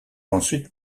ensuite